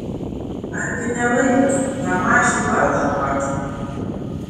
argi ne laikas tam mažiui vardą duoti